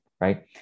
right